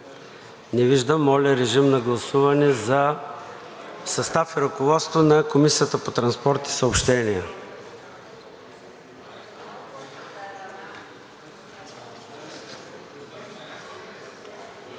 Не виждам. Моля, гласувайте за състав и ръководство на Комисията по транспорт и съобщения.